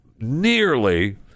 nearly